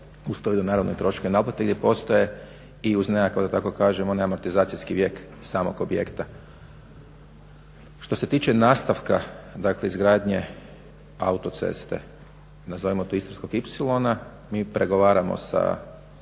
to idu naravno i troškovi naplate gdje postoje i uz nekakva amortizacijski vijek samog objekta. Što se tiče nastavka izgradnje autoceste nazovimo to Istarskog ipsilona, mi pregovaramo sa